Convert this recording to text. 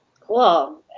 Cool